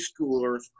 schoolers